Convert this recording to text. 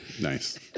Nice